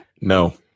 No